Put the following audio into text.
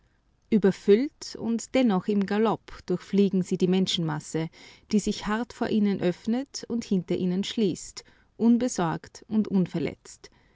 überfüllt und dennoch im galopp durchfliegen sie die menschenmasse die sich hart vor ihnen öffnet und hinter ihnen schließt unbesorgt und unverletzt